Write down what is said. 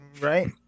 right